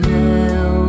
now